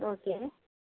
okay